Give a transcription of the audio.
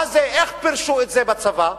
איך פירשו את זה בצבא?